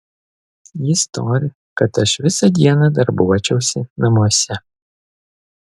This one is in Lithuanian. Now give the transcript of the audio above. jis nori kad aš visą dieną darbuočiausi namuose